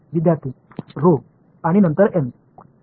विद्यार्थीः ऱ्हो आणि नंतर एम